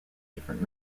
different